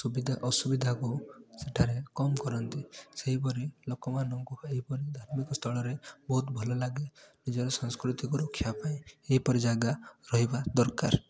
ସୁବିଧା ଅସୁବିଧାକୁ ସେଠାରେ କମ୍ କରନ୍ତି ସେହିପରି ଲୋକମାନଙ୍କୁ ଏହିପରି ଧାର୍ମିକ ସ୍ଥଳରେ ବହୁତ ଭଲ ଲାଗେ ନିଜ ସଂସ୍କୃତିକୁ ରଖିବାପାଇଁ ଏହିପରି ଜାଗା ରହିବା ଦରକାର